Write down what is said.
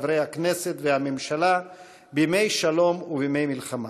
חברי הכנסת והממשלה בימי שלום ובימי מלחמה.